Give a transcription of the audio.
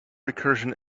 recursion